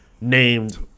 named